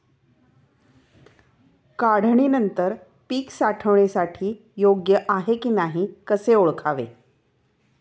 काढणी नंतर पीक साठवणीसाठी योग्य आहे की नाही कसे ओळखावे?